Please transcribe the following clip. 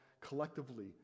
collectively